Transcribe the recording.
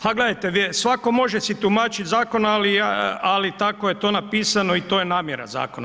Ha gledajte, svatko može si tumačiti zakon, ali tako je to napisano i to je namjera zakona.